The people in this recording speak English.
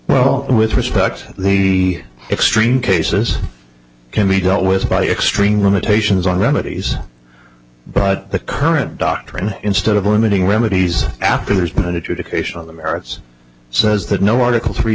well with respect the extreme cases can be dealt with by extreme limitations on remedies but the current doctrine instead of limiting remedies after there's been an adjudication of the merits says that no article three